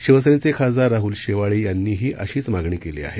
शिवसेनेचे खासदार राहुल शेवाळे यांनीही अशीच मागणी केली आहे